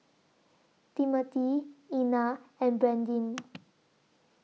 Timothy Ina and Brandyn